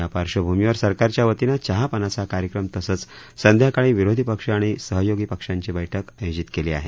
या पार्कभूमीवर सरकारच्या वतीन चहापानाचा कार्यक्रम तसंच संध्याकाळी विरोधी पक्ष आणि सहयोगी पक्षांची बैठक आयोजित केली आहे